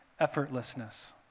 effortlessness